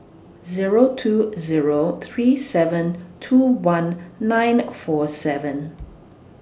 Zero two Zero three seven two one nine four seven